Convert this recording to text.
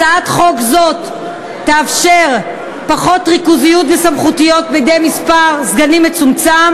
הצעת חוק זאת תאפשר פחות ריכוזיות וסמכויות בידי מספר סגנים מצומצם